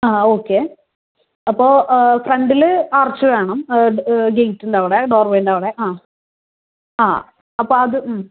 okay അപ്പോൾ ഫ്രണ്ടിൽ ആർച്ചുവേണം ഗേറ്റിന്റെ അവിടെ ഡോർ വെയ്റ്റവിടെ അപ്പോൾ അത്